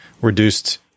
reduced